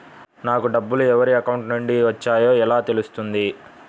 నాకు డబ్బులు ఎవరి అకౌంట్ నుండి వచ్చాయో ఎలా తెలుస్తుంది?